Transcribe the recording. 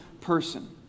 person